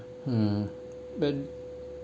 mm but